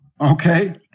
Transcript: okay